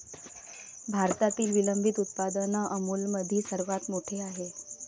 भारतातील विलंबित उत्पादन अमूलमधील सर्वात मोठे आहे